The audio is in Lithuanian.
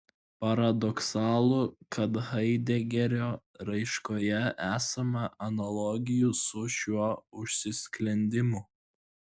paradoksalu kad haidegerio raiškoje esama analogijų su šiuo užsisklendimu